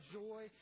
joy